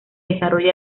desarrolla